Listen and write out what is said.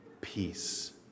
peace